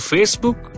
Facebook